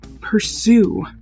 pursue